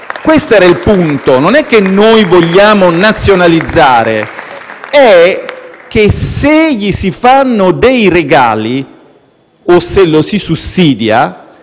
Questo era il punto. Non è che noi vogliamo nazionalizzare, è che se gli si fanno dei regali o se lo si sussidia,